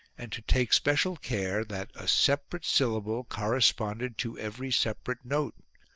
and to take special care that a separate syllable corresponded to every separate note,